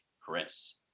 chris